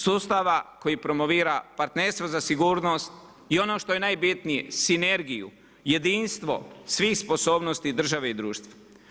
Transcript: Sustava koji promovira partnerstvo za sigurnost i ono što je najbitnije, sinergiju, jedinstvo svih sposobnosti države i društva.